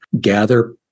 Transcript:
gather